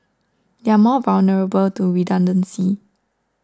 they are more vulnerable to redundancy